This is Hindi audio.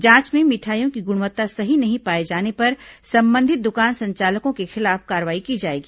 जांच में मिठाइयों की गुणवत्ता सही नहीं पाए जाने पर संबंधित दुकान संचालकों के खिलाफ कार्रवाई की जाएगी